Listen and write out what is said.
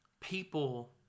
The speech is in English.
People